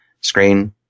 screen